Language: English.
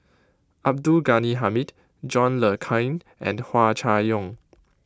Abdul Ghani Hamid John Le Cain and Hua Chai Yong